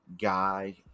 guy